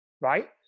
Right